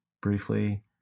briefly